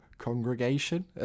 congregation